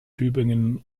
tübingen